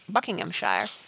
Buckinghamshire